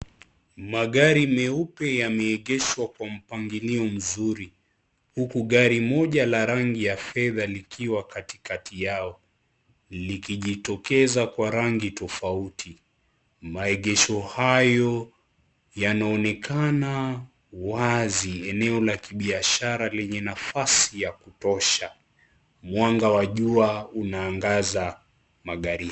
Magari meupe yameegeshwa kwenye mpangilio mzuri, huku gari moja la rangi ya fedha likiwa katikati yao, likijitokeza kwa rangi tofauti. Maegesho hayo yanaonekana wazi eneo la kibiashara lenye nafasi ya kutosha. Mwanga wa jua unaangaza magharibi.